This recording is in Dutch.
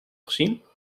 gezien